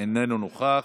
איננו נוכח.